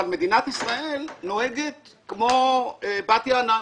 אבל מדינת ישראל נוהגת כמו בת יענה.